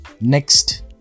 Next